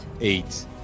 eight